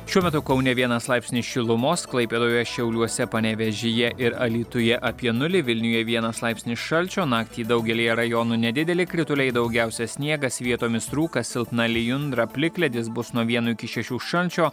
šiuo metu kaune vienas laipsnis šilumos klaipėdoje šiauliuose panevėžyje ir alytuje apie nulį vilniuje vienas laipsnis šalčio naktį daugelyje rajonų nedideli krituliai daugiausia sniegas vietomis rūkas silpna lijundra plikledis bus nuo vieno iki šešių šalčio